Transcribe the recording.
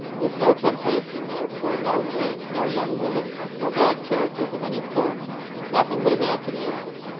there's no temptation there, sir no drink no young women no bad characters of any sort nothing but imagination.